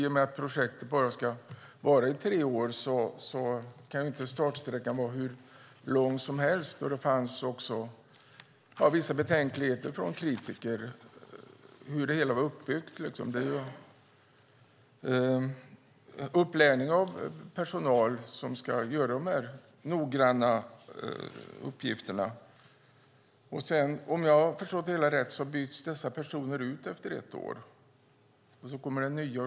I och med att projektet bara ska pågå i tre år kan inte startsträckan vara hur lång som helst. Det fanns också vissa betänkligheter från kritiker om hur det hela var uppbyggt. Personalen som ska utföra de här noggranna uppgifterna ska läras upp. Om jag har förstått det hela rätt byts dessa personer ut efter ett år, och då kommer det nya.